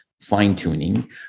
fine-tuning